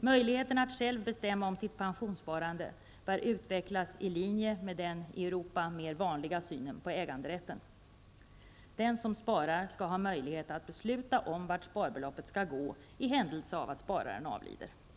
Möjligheten att själv bestämma om sitt pensionssparande bör utvecklas i linje med den i Europa mer vanliga synen på äganderätten. Den som sparar skall ha möjlighet att besluta om vart sparbeloppet skall gå, i händelse av att spararen avlider.